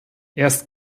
erst